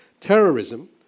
Terrorism